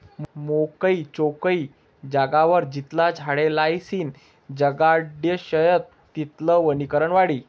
मोकयी चोकयी जागावर जितला झाडे लायीसन जगाडश्यात तितलं वनीकरण वाढी